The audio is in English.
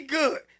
good